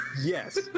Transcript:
Yes